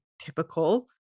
typical